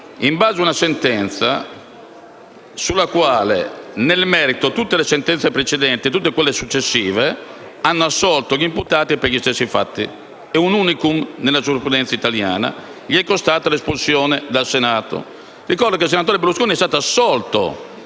in base a una sentenza rispetto alla quale, nel merito, tutte le sentenze precedenti e tutte quelle successive hanno assolo gli imputati per gli stessi fatti. È un *unicum* nella giurisprudenza italiana e gli è costato l'espulsione dal Senato. Ricordo che il senatore Berlusconi è stato assolto